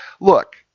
Look